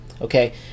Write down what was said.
Okay